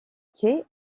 quai